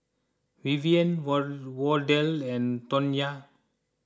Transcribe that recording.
Vivian Wardell and Tonya